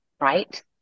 Right